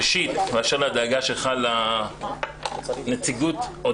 ראשית באשר לדאגה שלך לנציגות של